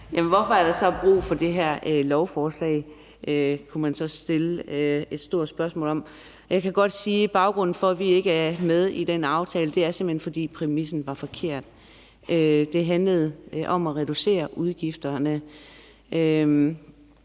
hvorfor er der så brug for det her lovforslag? Det kunne man så stille et stort spørgsmål om. Jeg kan godt sige, at baggrunden for, at vi ikke er med i den aftale, simpelt hen er, at præmissen er forkert. Det handlede om at reducere udgifterne,